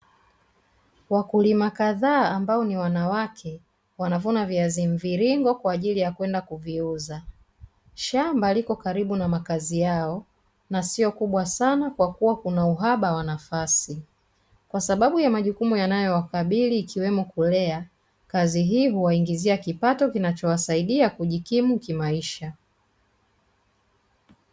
Wakulima kadhaa ambao ni wanawake, wanavuna viazi mviringo kwa ajili ya kwenda kuviuza. Shamba liko karibu na makazi yao na sio kubwa sana kwa kuwa kuna uhaba wa nafasi kwa sababu ya majukumu yanayowakabiri, ikiwemo kulea. Kazi hii huwaingizia kipato kinachowasaidia kujikimu kimaisha.